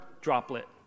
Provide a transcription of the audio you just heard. droplet